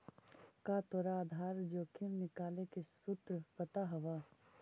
का तोरा आधार जोखिम निकाले के सूत्र पता हवऽ?